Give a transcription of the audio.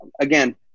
again